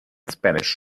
spanish